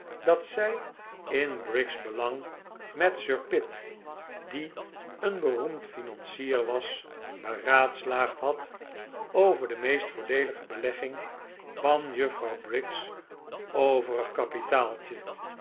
dat zij in briggs belang met sir pitt die een beroemd financier was beraadslaagd had over de meest voordeelige belegging van juffrouw briggs overig